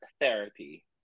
therapy